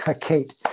Kate